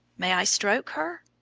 may i stroke her?